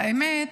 האמת